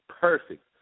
perfect